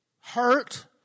hurt